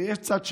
ויש צד שני,